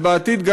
ובעתיד,